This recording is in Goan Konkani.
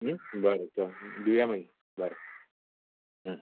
बरें चल दिवया मागीर बरें